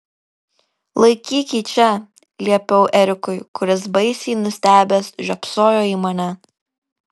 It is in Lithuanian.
laikyk jį čia liepiau erikui kuris baisiai nustebęs žiopsojo į mane